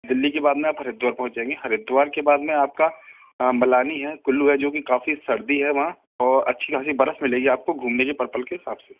दिल्ली के बाद में आप हरिद्वार पहुँच जाएँगी हरिद्वार के बाद में आपका मलानी है कुल्लू है जो की आपका काफ़ी सर्दी है वहाँ और अच्छी ख़ासी बरफ़ मिलेगी आपको घूमने के पर्पल के हिसाब से